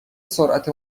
سرعت